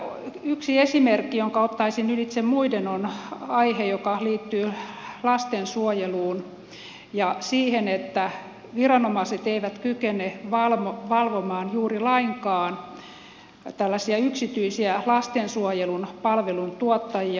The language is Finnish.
yksi esimerkki jonka ottaisin ylitse muiden on aihe joka liittyy lastensuojeluun ja siihen että viranomaiset eivät kykene valvomaan juuri lainkaan yksityisiä lastensuojelun palvelun tuottajia